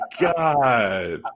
god